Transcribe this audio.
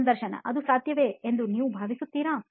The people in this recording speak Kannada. ಸಂದರ್ಶಕ ಅದು ಸಾಧ್ಯವೇ ಎಂದು ನೀವು ಭಾವಿಸುತ್ತೀರಾ